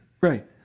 Right